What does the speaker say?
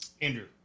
Andrew